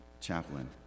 chaplain